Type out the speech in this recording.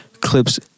Clips